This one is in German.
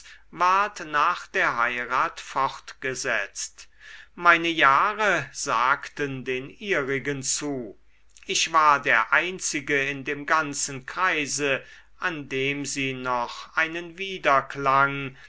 ward nach der heirat fortgesetzt meine jahre sagten den ihrigen zu ich war der einzige in dem ganzen kreise an dem sie noch einen